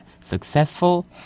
successful